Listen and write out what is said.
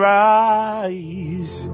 rise